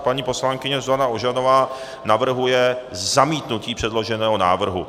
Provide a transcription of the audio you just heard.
Paní poslankyně Zuzana Ožanová navrhuje zamítnutí předloženého návrhu.